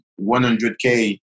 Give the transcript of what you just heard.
100K